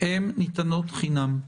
ניתנות חינם?